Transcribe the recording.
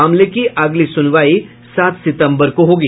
मामले की अगली सुनवाई सात सितंबर को होगी